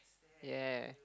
yea